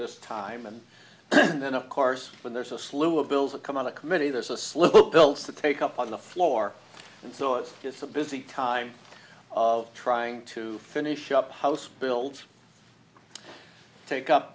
this time and then of course when there's a slew of bills that come out of committee there's a slew bill to take up on the floor and so it's just a busy time of trying to finish up house bills take u